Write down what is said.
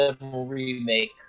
Remake